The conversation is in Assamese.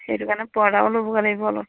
সেইটো কাৰণে পৰ্দাও ল'বগে লাগিব অলপ